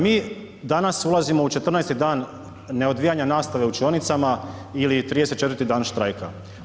Mi danas ulazimo u 14. dan neodvijanja nastave u učionicama ili 34. dan štrajka.